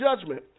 judgment